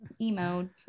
emo